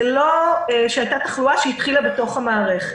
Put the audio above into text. זה לא שהייתה תחלואה שהתחילה בתוך המערכת.